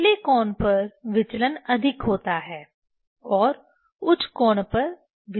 निचले कोण पर विचलन अधिक होता है और उच्च कोण पर विचलन कम होता है